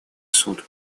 суд